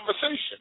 conversation